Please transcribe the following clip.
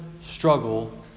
struggle